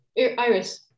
Iris